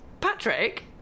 Patrick